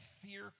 fear